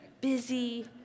busy